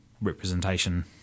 representation